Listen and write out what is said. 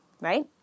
Right